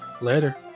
Later